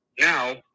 Now